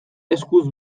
eskuz